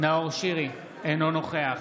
אינו נוכח